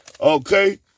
okay